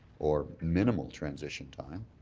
or minimal transition time,